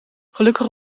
gelukkig